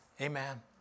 Amen